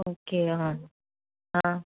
okay ആ ആ